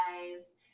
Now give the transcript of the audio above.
guys